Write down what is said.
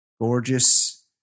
gorgeous